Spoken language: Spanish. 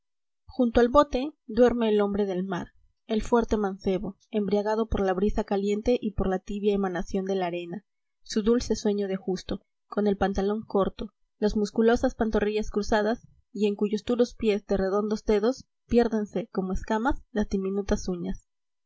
junto al bote duerme el hombre del mar el fuerte mancebo embriagado por la brisa caliente y por la tibia emanación de la arena su dulce sueño de justo con el pantalón corlo las n useulosas pantorrillas cruzadas y en cuyos duros pies de redondos dedos piérdense como escamas las diminutas uñas